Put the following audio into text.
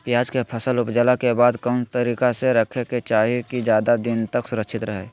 प्याज के फसल ऊपजला के बाद कौन तरीका से रखे के चाही की ज्यादा दिन तक सुरक्षित रहय?